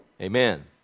Amen